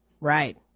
Right